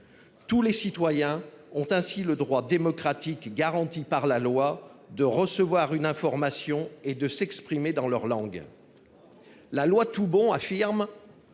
Tous les citoyens ont ainsi le droit démocratique garanti par la loi de recevoir une information et de s'exprimer dans leur langue. La loi Toubon affirme.